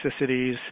toxicities